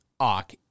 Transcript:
Ock